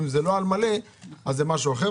אם זה לא על מלא, זה משהו אחר.